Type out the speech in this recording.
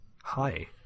Hi